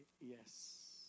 yes